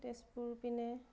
তেজপুৰৰ পিনে